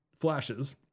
flashes